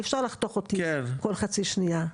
אי אפשר לחתוך אותי בכל חצי שניה,